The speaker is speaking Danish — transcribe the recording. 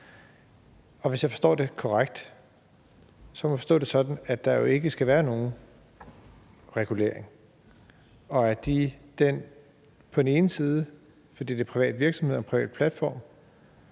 Hvis jeg forstår det korrekt, er det sådan, at der ikke skal være nogen regulering, fordi det er en privat virksomhed og en privat platform,